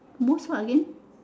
most what again